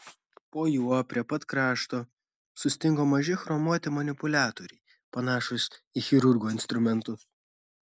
po juo prie pat krašto sustingo maži chromuoti manipuliatoriai panašūs į chirurgo instrumentus